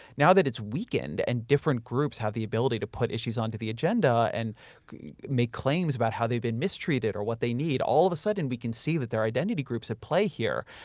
now that it's weakened and different groups have the ability to put issues onto the agenda and make claims about how they've been mistreated or what they need, all of a sudden we can see that there are identity groups at play here.